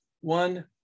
one